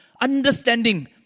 understanding